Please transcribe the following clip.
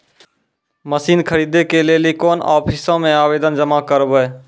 Machine खरीदै के लेली कोन आफिसों मे आवेदन जमा करवै?